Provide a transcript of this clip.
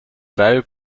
very